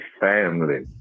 family